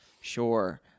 Sure